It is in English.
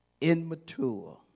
immature